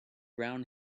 brown